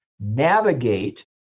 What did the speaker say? navigate